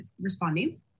responding